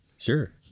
Sure